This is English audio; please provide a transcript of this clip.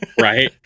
Right